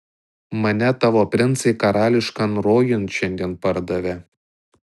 mane tavo princai karališkan rojun šiandien pardavė